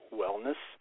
wellness